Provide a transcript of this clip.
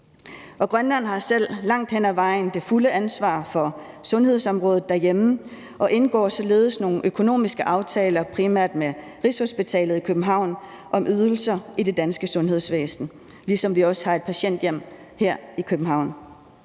Og Grønland har selv langt hen ad vejen det fulde ansvar for sundhedsområdet derhjemme og indgår således nogle økonomiske aftaler, primært med Rigshospitalet i København, om ydelser i det danske sundhedsvæsen, ligesom vi også har et patienthjem her i København.